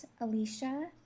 Alicia